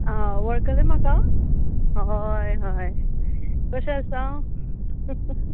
वळखलें म्हाका हय हय कशें आसा